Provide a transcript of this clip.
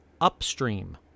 upstream